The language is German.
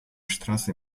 straße